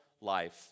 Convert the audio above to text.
life